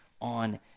on